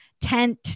tent